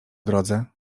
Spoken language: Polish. drodze